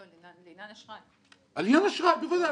אנחנו מדברים על אשראי, בוודאי.